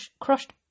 crushed